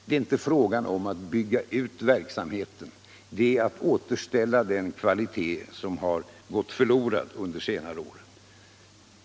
Det är inte fråga om att bygga ut verksamheten, utan det gäller att drerställa den kvalitet som har gått förlorad under senare år.